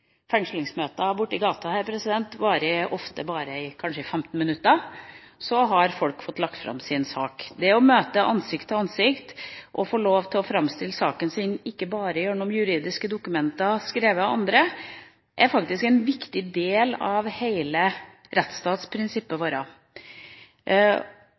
borte i gata varer ofte kanskje bare i 15 minutter, så har folk fått lagt fram sin sak. Det å møte ansikt til ansikt og få lov til å framstille saken sin ikke bare gjennom juridiske dokumenter skrevet av andre, er faktisk en viktig del av hele rettsstatsprinsippet